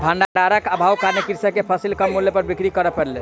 भण्डारक अभावक कारणेँ कृषक के फसिल कम मूल्य पर बिक्री कर पड़लै